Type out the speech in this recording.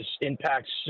impacts